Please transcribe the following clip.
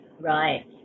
Right